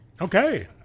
Okay